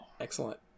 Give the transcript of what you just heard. excellent